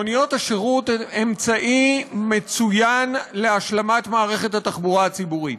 מוניות השירות הן אמצעי מצוין להשלמת מערכת התחבורה הציבורית.